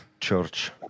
Church